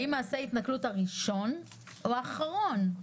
האם משובר על מעשה ההתנכלות הראשון או האחרון?